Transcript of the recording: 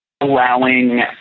allowing